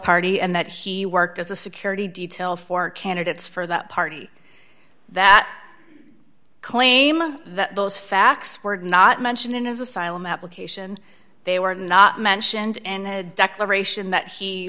party and that he worked as a security detail for candidates for that party that claim that those facts were not mentioned in his asylum application they were not mentioned in a declaration that he